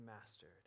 mastered